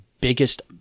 biggest